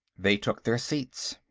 they took their seats.